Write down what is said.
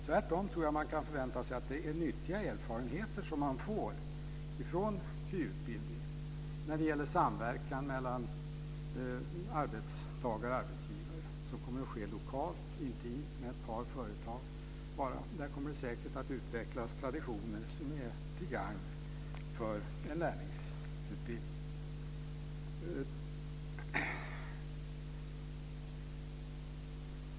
Tvärtom kan man förvänta sig att det är nyttiga erfarenheter som KY ger när det gäller samverkan mellan arbetstagare och arbetsgivare som kommer att ske lokalt, intimt i bara ett par företag. Där kommer det säkert att utvecklas traditioner som är till gagn för en lärlingsutbildning.